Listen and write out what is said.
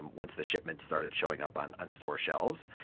once the shipments started showing up on on store shelves.